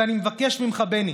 ואני מבקש ממך, בני,